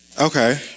Okay